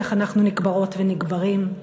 איך אנחנו נקברות ונקברים.